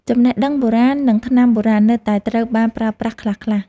ចំណេះដឹងបុរាណ និងថ្នាំបុរាណនៅតែត្រូវបានប្រើប្រាស់ខ្លះៗ។